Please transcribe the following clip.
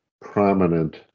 prominent